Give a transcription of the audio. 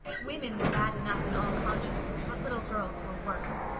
women were bad enough in all conscience, but little girls were worse.